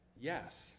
yes